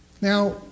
Now